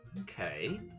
Okay